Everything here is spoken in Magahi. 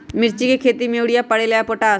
मिर्ची के खेती में यूरिया परेला या पोटाश?